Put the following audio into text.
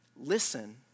Listen